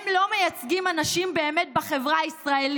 הם לא מייצגים באמת אנשים בחברה הישראלית.